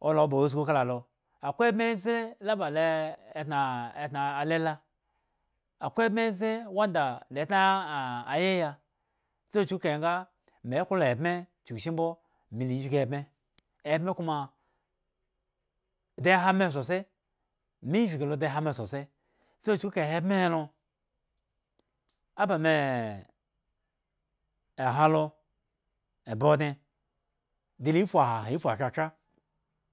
olo ba susku la alo akwai ebme ze la ba e etna etna alala akwai ebme ze wanda de tna ayaya so chuku kale nga me klo ebme chuku shi mbo me le vgi ebme ebme kuma dee hame sosai mi vgi lo de hame sosai soi chuku kahe ebme he lo aba eha loe ba odne de le fu haha efu tratra